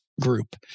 group